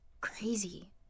crazy